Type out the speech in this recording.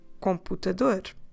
computador